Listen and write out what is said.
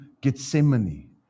gethsemane